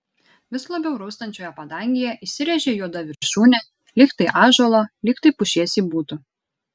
vis labiau raustančioje padangėje įsirėžė juoda viršūnė lyg tai ąžuolo lyg tai pušies ji būtų